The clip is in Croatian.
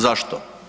Zašto?